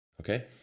okay